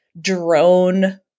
drone